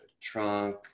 trunk